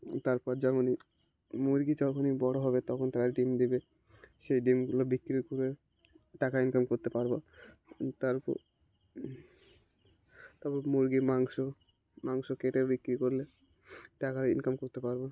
তারপর যেমন মুরগি যখনই বড়ো হবে তখন তারা ডিম দেবে সেই ডিমগুলো বিক্রি করে টাকা ইনকাম করতে পারবো তারপর তারপর মুরগির মাংস মাংস কেটে বিক্রি করলে টাকা ইনকাম করতে পারবো